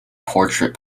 portrait